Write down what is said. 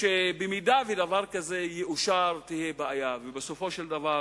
שאם דבר כזה יאושר תהיה בעיה, ובסופו של דבר